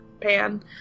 pan